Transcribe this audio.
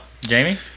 Jamie